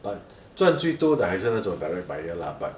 but 赚最多的还是那种 direct buyer lah but